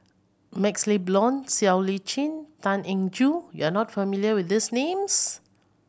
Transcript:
MaxLe Blond Siow Lee Chin Tan Eng Joo you are not familiar with these names